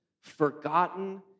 forgotten